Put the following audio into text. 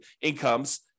incomes